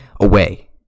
away